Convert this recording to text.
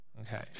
Okay